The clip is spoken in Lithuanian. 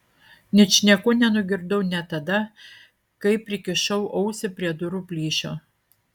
ničnieko nenugirdau net tada kai prikišau ausį prie durų plyšio